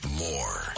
more